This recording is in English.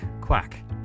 quack